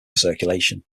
circulation